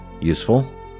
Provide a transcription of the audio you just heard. useful